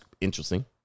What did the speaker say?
interesting